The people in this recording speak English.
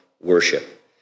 worship